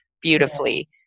beautifully